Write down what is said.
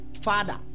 father